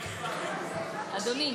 אדוני